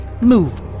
move